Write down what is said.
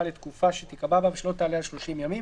לתקופה שתיקבע בה ושלא תעלה על 30 ימים,